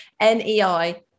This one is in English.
N-E-I